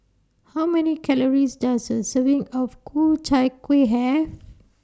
How Many Calories Does A Serving of Ku Chai Kueh Have